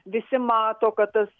visi mato kad tas